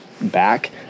back